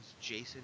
Jason